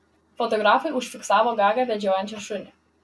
fotografai užfiksavo gagą vedžiojančią šunį